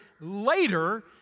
later